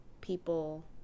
people